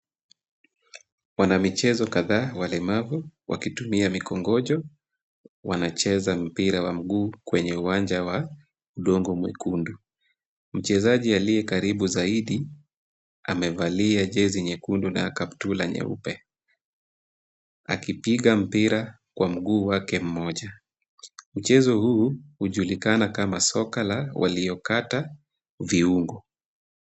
Wanamichezo kadhaa walemavu wakitumia mikongojo wanacheza mpira wa mguu kwenye uwanja wa udongo mwekundu. Mchezaji aliye karibu zaidi amevalia jezi nyekundu na kaptula nyeupe akipiga mpira kwa mguu wake mmoja. Mchezo huu hujulikana kama soka la waliokata viungo.